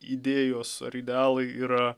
idėjos ar idealai yra